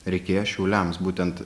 reikėjo šiauliams būtent